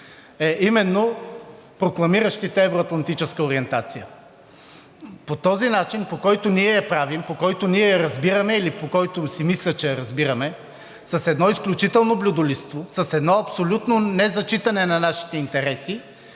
са именно прокламиращите евро-атлантическа ориентация. По този начин, по който ние я правим, по който ние я разбираме, или по който си мисля, че я разбираме, с едно изключително блюдолизничество, с едно абсолютно незачитане на нашите интереси,